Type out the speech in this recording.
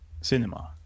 cinema